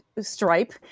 stripe